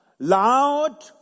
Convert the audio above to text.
Loud